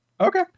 okay